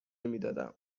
میدادم